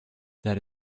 that